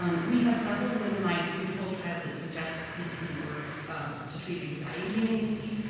um we have several randomized control trials that suggest cbt works to treat anxiety in asd, yeah